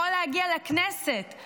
יכול להגיע לכנסת,